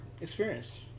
experience